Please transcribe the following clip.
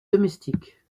domestique